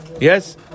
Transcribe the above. Yes